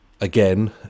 again